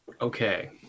Okay